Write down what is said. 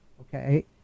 okay